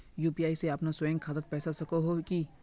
UPI से अपना स्वयं खातात पैसा भेजवा सकोहो ही?